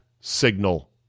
signal